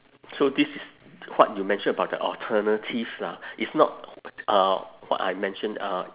so this is what you mention about the alternatives lah it's not uh what I mentioned uh